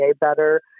better